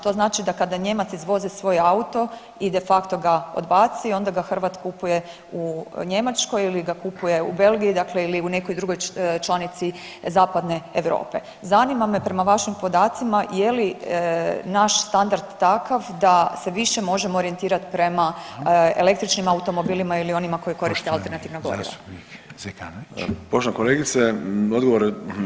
To znači da kada Nijemac izvozi svoj auto i de facto ga odbaci onda ga Hrvat kupuje u Njemačkoj ili ga kupuje u Belgiji dakle ili u nekoj drugoj članici zapadne Europe, zanima me prema vašim podacima je li naš standard takav da se više možemo orijentirat prema električnim automobilima ili onima koji koriste alternativna goriva?